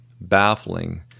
baffling